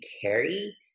carry